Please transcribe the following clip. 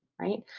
right